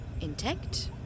intact